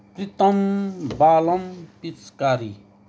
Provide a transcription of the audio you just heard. प्रितम बालम पिचकारी